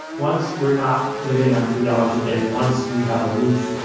once we're not living on three dollars a day, once we have a roof,